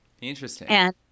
Interesting